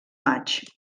maig